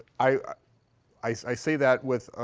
i i say that with,